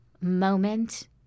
moment